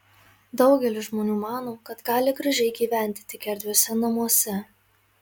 daugelis žmonių mano kad gali gražiai gyventi tik erdviuose namuose